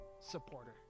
supporter